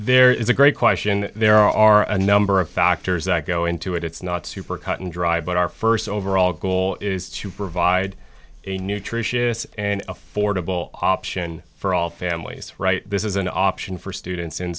there is a great question there are a known there are a factors that go into it it's not super cut and dry but our st overall goal is to provide a nutritious and affordable option for all families right this is an option for students in